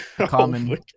common